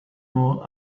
more